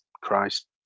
Christ